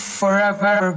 forever